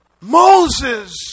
Moses